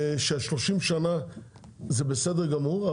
ש-30 שנה זה בסדר גמור.